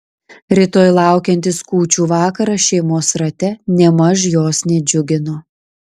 rytoj laukiantis kūčių vakaras šeimos rate nėmaž jos nedžiugino